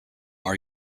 are